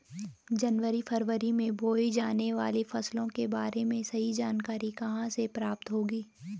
जनवरी फरवरी में बोई जाने वाली फसलों के बारे में सही जानकारी कहाँ से प्राप्त होगी?